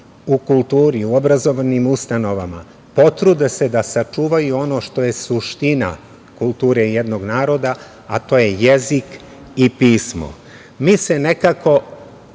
u kulturi, u obrazovnim ustanovama, potrude da sačuvaju ono što je suština kulture jednog naroda, a to je jezik i pismo. Mi se nekako